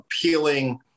appealing